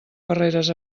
barreres